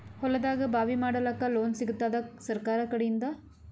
ಹೊಲದಾಗಬಾವಿ ಮಾಡಲಾಕ ಲೋನ್ ಸಿಗತ್ತಾದ ಸರ್ಕಾರಕಡಿಂದ?